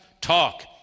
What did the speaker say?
talk